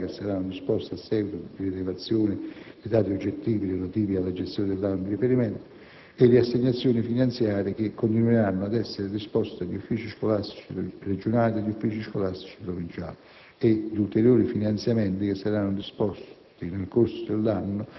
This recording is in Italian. le integrazioni finanziarie che saranno disposte, a seguito di rilevazione dei dati oggettivi relativi alla gestione dell'anno di riferimento; le assegnazioni finanziarie che continueranno ad essere disposte dagli uffici scolastici regionali e dagli uffici scolastici provinciali; gli ulteriori finanziamenti che saranno disposti,